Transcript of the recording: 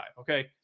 okay